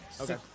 Okay